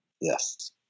Yes